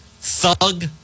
thug